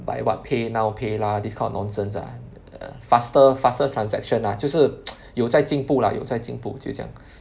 by what PayNow PayLah this kind of nonsense ah err faster faster transaction ah 就是 有在进步 lah 有在进步就是这样